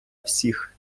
всіх